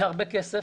בהרבה כסף.